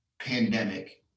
pandemic